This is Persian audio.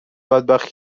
بدبخت